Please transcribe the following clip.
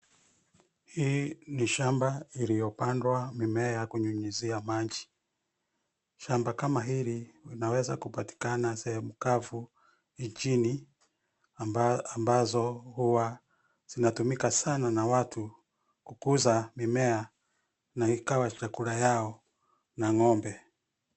Hii ni shamba iliyopandwa mimea ya kunyunyuzia maji. Shamba kama hili linaweza kupatikana sehemu kavu inchini ambazo huwa zinatumika sana na watu kukuza mimea na ikawa chakula yao na ng'ombe.